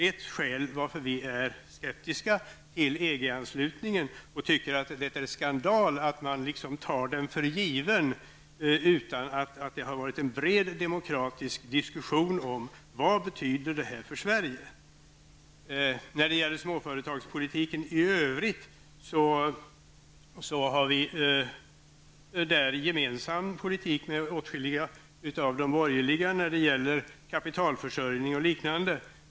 Ett skäl till varför vi är skeptiska till EG anslutningen är att det är en skandal att ta den för given utan att ha en bred demokratisk diskussion om vad en anslutning betyder för Sverige. När det gäller småföretagspolitiken i övrigt har vi en gemensam politik med åtskilliga av de borgerliga när det gäller kapitalförsörjning och liknande.